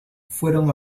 fueron